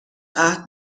عهد